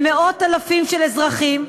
למאות אלפים של אזרחים,